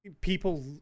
people